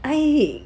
i~